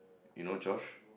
you know Josh